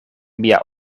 mia